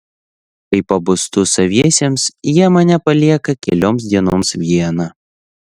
kai pabostu saviesiems jie mane palieka kelioms dienoms vieną